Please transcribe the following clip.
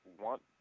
want